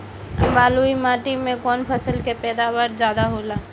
बालुई माटी में कौन फसल के पैदावार ज्यादा होला?